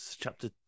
chapter